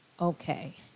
okay